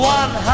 one